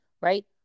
right